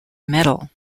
metal